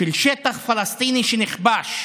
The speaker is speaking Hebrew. של שטח פלסטיני שנכבש.